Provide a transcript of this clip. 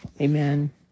amen